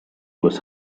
was